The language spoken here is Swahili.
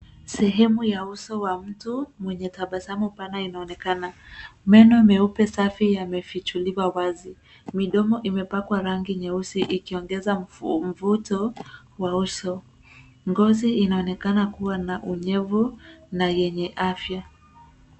Sehemu wa uso wa mtu mwenye tabasamu pana inaonekana. Meno meupe safi yamefichuliwa wazi. Midomo imepakwa rangi nyeusi ikiongeza mvuto wa uso. Ngozi inaonekana kuwa na unyevu na yenye afya.